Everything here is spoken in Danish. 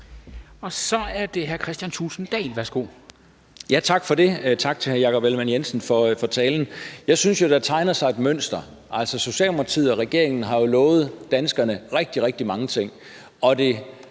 Værsgo. Kl. 13:34 Kristian Thulesen Dahl (DF): Tak for det. Tak til hr. Jacob Ellemann-Jensen for talen. Jeg synes jo, der tegner sig et mønster. Altså, Socialdemokratiet og regeringen har jo lovet danskerne rigtig, rigtig mange ting,